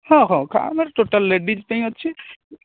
ହଁ ହଁ total ladies ପାଇଁ ଅଛି